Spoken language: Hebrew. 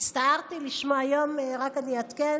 הצטערתי לשמוע היום, אני רק אעדכן: